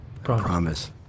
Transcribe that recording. Promise